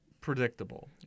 predictable